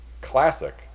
classic